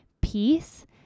peace